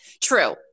True